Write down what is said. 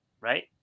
right